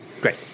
Great